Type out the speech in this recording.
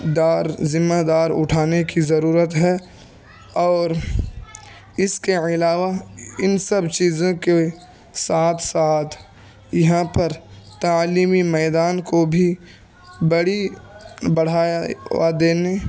دار ذمہ دار اٹھانے کی ضرورت ہے اور اس کے علاوہ ان سب چیزوں کے ساتھ ساتھ یہاں پر تعلیمی میدان کو بھی بڑی بڑھایا وا دینے